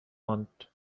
ماند